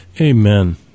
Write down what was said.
Amen